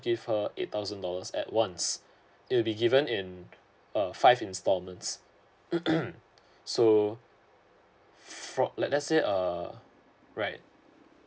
give her eight thousand dollars at once it will be given in a five instalments mm so for let let's say err right